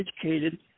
educated